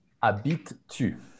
habites-tu